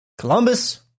Columbus